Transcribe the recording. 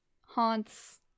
haunts